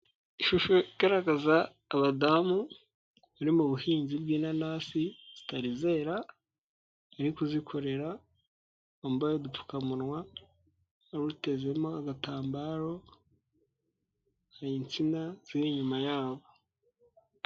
Ishusho igaragaza abadamu, bari mu buhinzi bw'inanasi zitarizera, bari kuzikorera, bamba udupfukamunwa, hari utezemo agatambaro, hari insina ziri inyuma yabo.